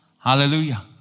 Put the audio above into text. Hallelujah